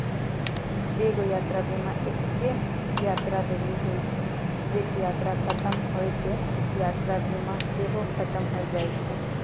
एगो यात्रा बीमा एक्के यात्रा लेली होय छै जे की यात्रा खतम होय पे यात्रा बीमा सेहो खतम होय जाय छै